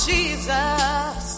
Jesus